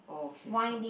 oh okay so